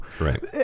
Right